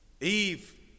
Eve